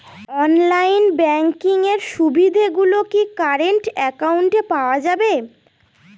Online banking এর সুবিধে গুলি কি কারেন্ট অ্যাকাউন্টে পাওয়া যাবে?